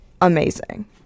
amazing